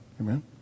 Amen